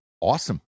awesome